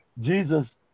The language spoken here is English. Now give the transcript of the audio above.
Jesus